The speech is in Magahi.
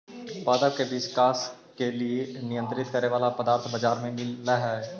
पादप के विकास के नियंत्रित करे वाला पदार्थ बाजार में मिलऽ हई